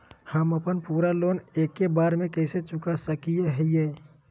हम अपन पूरा लोन एके बार में कैसे चुका सकई हियई?